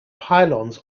pylons